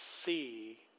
see